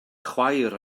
chwaer